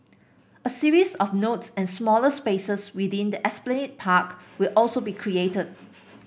a series of nodes and smaller spaces within the Esplanade Park will also be created